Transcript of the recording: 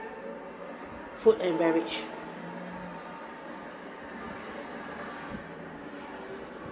food and beverage